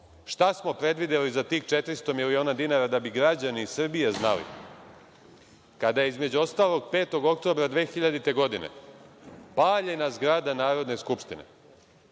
smo predvideli za tih 400 miliona dinara, da bi građani Srbije znali? Kada je između ostalog 5. oktobra 2000. godine paljena zgrada Narodne skupštine,